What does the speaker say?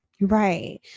Right